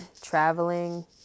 traveling